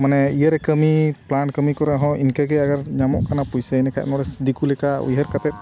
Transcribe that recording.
ᱢᱟᱱᱮ ᱤᱭᱟᱹᱨᱮ ᱠᱟᱹᱢᱤ ᱯᱞᱟᱱ ᱠᱟᱹᱢᱤ ᱠᱚᱨᱮ ᱦᱚᱸ ᱤᱱᱠᱟᱹᱜᱮ ᱟᱜᱟᱨ ᱧᱟᱢᱚᱜ ᱠᱟᱱᱟ ᱯᱚᱭᱥᱟ ᱮᱱ ᱠᱷᱟᱱ ᱱᱚᱰᱮ ᱫᱤᱠᱩ ᱞᱮᱠᱟ ᱩᱭᱦᱟᱹᱨ ᱠᱟᱛᱮᱫ